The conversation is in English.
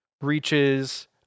reaches